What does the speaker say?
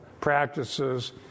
practices